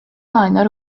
wine